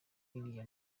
iriya